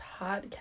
podcast